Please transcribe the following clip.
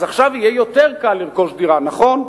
אז עכשיו יהיה יותר קל לרכוש דירה, נכון?